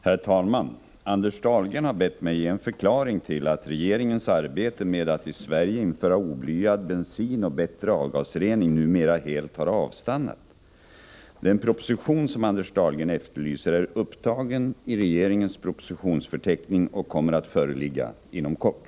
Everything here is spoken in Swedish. Herr talman! Anders Dahlgren har bett mig ge en förklaring till att regeringens arbete med att i Sverige införa oblyad bensin och bättre avgasrening numera helt har avstannat. Den proposition som Anders Dahlgren efterlyser är upptagen i regeringens propositionsförteckning och kommer att föreligga inom kort.